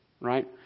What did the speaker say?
Right